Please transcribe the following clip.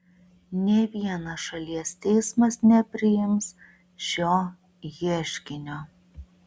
nė vienas šalies teismas nepriims šio ieškinio